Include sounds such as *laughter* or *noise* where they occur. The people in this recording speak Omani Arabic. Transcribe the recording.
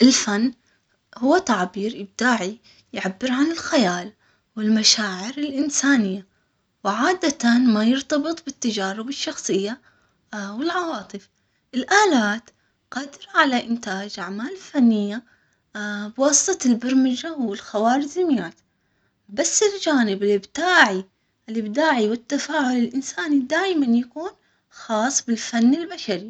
الفن هو تعبير ابداعي يعبر عن الخيال والمشاعر الانسانية وعادة ما يرتبط بالتجارب الشخصية *hesitation* والعواطف الالات قدر على انتاج اعمال فنية *hesitation* بواسطة البرمجة والخوارزميات بس الجانب الابداعي الابداعي والتفاعل الانساني دايماً يكون خاص بالفن البشري.